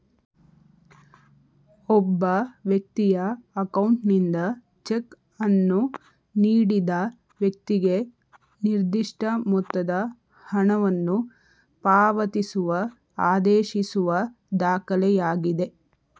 ಒಬ್ಬ ವ್ಯಕ್ತಿಯ ಅಕೌಂಟ್ನಿಂದ ಚೆಕ್ ಅನ್ನು ನೀಡಿದ ವೈಕ್ತಿಗೆ ನಿರ್ದಿಷ್ಟ ಮೊತ್ತದ ಹಣವನ್ನು ಪಾವತಿಸುವ ಆದೇಶಿಸುವ ದಾಖಲೆಯಾಗಿದೆ